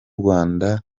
rwanda